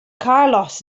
carlos